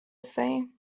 say